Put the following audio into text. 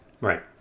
Right